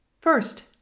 First